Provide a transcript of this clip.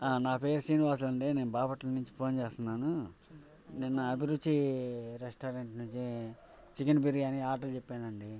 నా పేరు శ్రీనివాస్ అండి నేను బాపట్ల నుంచి ఫోన్ చేస్తున్నాను నిన్న అభిరుచి రెస్టారెంట్ నుంచి చికెన్ బిర్యాని ఆర్డర్ చెప్పానండి